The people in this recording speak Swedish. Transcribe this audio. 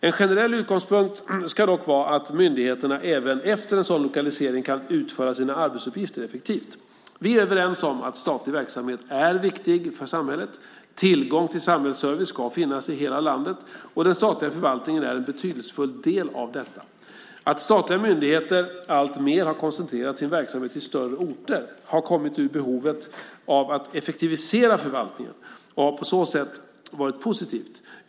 En generell utgångspunkt ska dock vara att myndigheterna även efter en sådan lokalisering kan utföra sina arbetsuppgifter effektivt. Vi är överens om att statlig verksamhet är viktig för samhället. Tillgång till samhällsservice ska finnas i hela landet, och den statliga förvaltningen är en betydelsefull del av detta. Att statliga myndigheter alltmer har koncentrerat sin verksamhet till större orter har kommit ur behovet av att effektivisera förvaltningen och har på så sätt varit positivt.